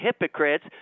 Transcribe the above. hypocrites